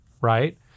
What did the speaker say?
right